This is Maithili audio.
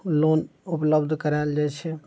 लोन उपलब्ध करायल जाइ छै